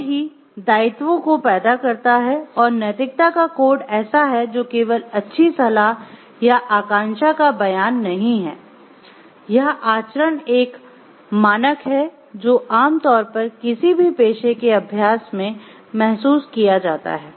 code ही दायित्वों को पैदा करता है और नैतिकता का कोड ऐसा है जो केवल अच्छी सलाह या आकांक्षा का बयान नहीं है यह आचरण का एक मानक है जो आम तौर पर किसी भी पेशे के अभ्यास में महसूस किया जाता है